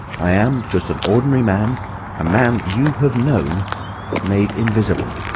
i am just an ordinary man a man you have known made invisible.